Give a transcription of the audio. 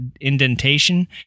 indentation